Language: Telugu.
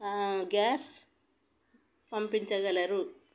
గ్యాస్ పంపించగలరు